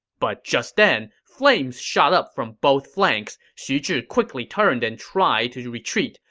but just then, flames shot up from both flanks. xu zhi quickly turned and tried to retreat,